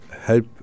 help